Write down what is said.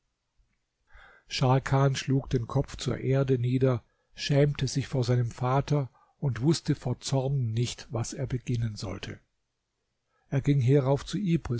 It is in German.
scharkan schlug den kopf zur erde nieder schämte sich vor seinem vater und wußte vor zorn nicht was er beginnen sollte er ging hierauf zu